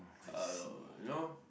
uh you know